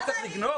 אני צריך לגנוב?